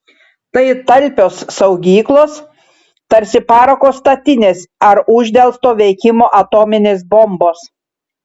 tai talpios saugyklos tarsi parako statinės ar uždelsto veikimo atominės bombos